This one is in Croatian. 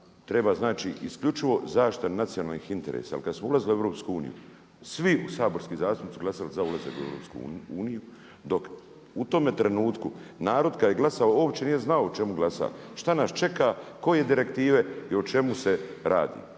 treba znači isključivo zaštita nacionalnih interesa. Jer kada smo ulazili u Europsku uniju svi saborski zastupnici su glasali za ulazak u Europsku uniju dok u tome trenutku narod kada je glasao uopće nije znao o čemu glasa, šta nas čeka, koje direktive i o čemu se radi.